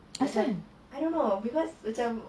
why sia